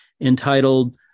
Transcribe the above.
entitled